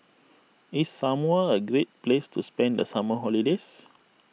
is Samoa a great place to spend the summer holiday